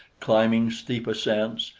climbing steep ascents,